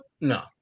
no